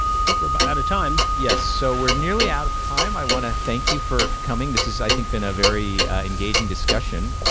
think we're about out of time. steve yes, so we're nearly out of time. i want to thank you for coming. this has, i think, been a very engaging discussion.